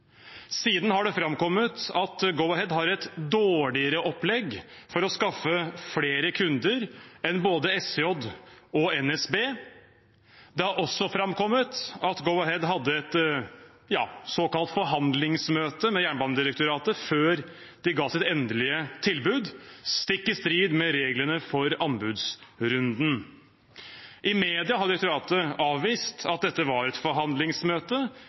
Siden har det framkommet at Go-Ahead har et dårligere opplegg for å skaffe flere kunder enn både SJ og NSB. Det har også framkommet at Go-Ahead hadde et såkalt forhandlingsmøte med Jernbanedirektoratet før de ga sitt endelige tilbud – stikk i strid med reglene for anbudsrunden. I media har direktoratet avvist at dette var et forhandlingsmøte,